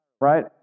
Right